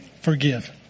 forgive